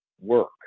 work